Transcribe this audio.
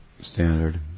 standard